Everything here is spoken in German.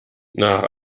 nach